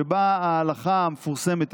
שבה ההלכה המפורסמת,